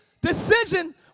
decision